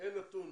אין נתון